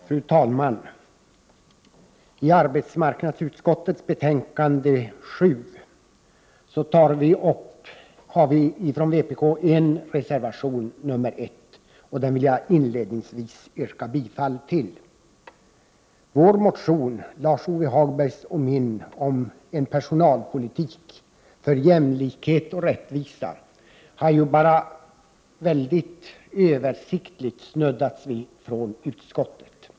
| Fru talman! Vi från vpk har fogat reservation 1 till arbetsmarknadsutskot | tets betänkande 7, vilken jag inledningsvis yrkar bifall till. | Utskottet har bara översiktligt snuddat vid min och Lars-Ove Hagbergs motion om en personalpolitik för jämlikhet och rättvisa.